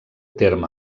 terme